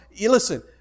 listen